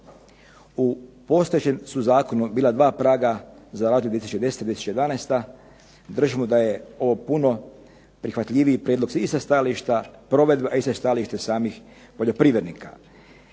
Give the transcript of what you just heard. U postojećem su zakonu bila 2 praga, za razliku 2010. i 2011., držimo da je ovo puno prihvatljiviji prijedlog i sa stajališta provedbe, a i sa stajališta samih poljoprivrednika.